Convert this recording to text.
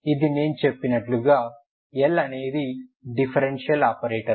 ఇది నేను చెప్పినట్లుగా L అనేది డిఫరెన్షియల్ ఆపరేటర్